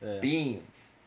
Beans